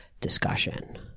discussion